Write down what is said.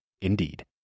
indeed